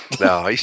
no